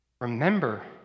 Remember